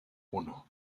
uno